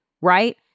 Right